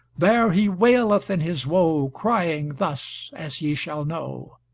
there he waileth in his woe crying thus as ye shall know.